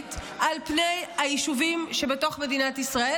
המערבית על פני היישובים שבתוך מדינת ישראל,